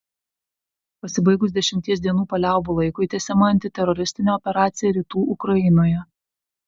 pasibaigus dešimties dienų paliaubų laikui tęsiama antiteroristinė operacija rytų ukrainoje